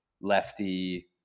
lefty